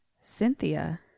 Cynthia